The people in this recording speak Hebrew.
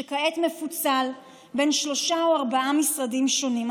שכעת מפוצל בין שלושה או ארבעה משרדים שונים.